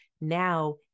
now